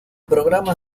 programa